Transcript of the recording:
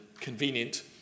convenient